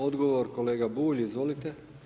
Odgovor kolega Bulj, izvolite.